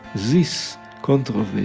this controversy,